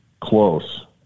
close